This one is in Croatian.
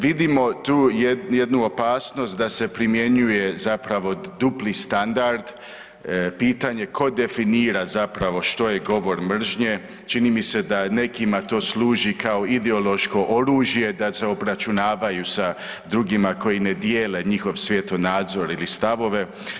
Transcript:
Vidimo tu jednu opasnost da se primjenjuje zapravo dupli standard, pitanje tko definira zapravo što je govor mržnje, čini mi se da nekima to služi kao ideološko oružje da se obračunavaju sa drugima koji ne dijele njihov svjetonazor ili stavove.